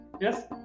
yes